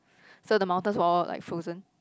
so the mountains were all like frozen